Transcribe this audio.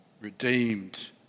redeemed